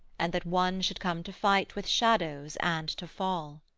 and that one should come to fight with shadows and to fall.